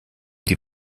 die